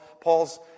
Paul's